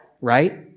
right